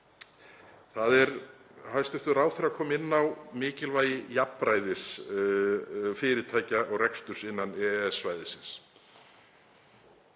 boðlegt. Hæstv. ráðherra kom inn á mikilvægi jafnræðis fyrirtækja og reksturs innan EES-svæðisins.